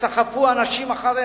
שסחפו אנשים אחריך: